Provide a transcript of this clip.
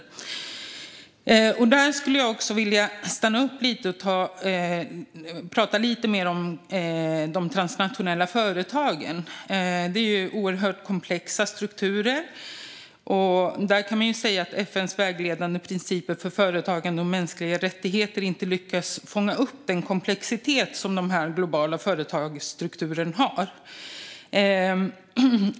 Här skulle jag vilja stanna upp lite och prata lite mer om de transnationella företagen. Det är ju oerhört komplexa strukturer. Där kan man säga att FN:s vägledande principer för företagande och mänskliga rättigheter inte lyckas fånga upp den komplexitet som den globala företagsstrukturen har.